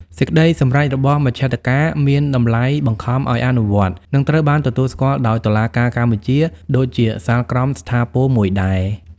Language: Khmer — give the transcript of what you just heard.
សេចក្តីសម្រេចរបស់មជ្ឈត្តការមានតម្លៃបង្ខំឱ្យអនុវត្ត និងត្រូវបានទទួលស្គាល់ដោយតុលាការកម្ពុជាដូចជាសាលក្រមស្ថាពរមួយដែរ។